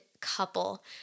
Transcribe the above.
couple